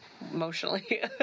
emotionally